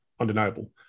undeniable